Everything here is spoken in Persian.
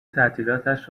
تعطیلاتش